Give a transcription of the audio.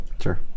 Sure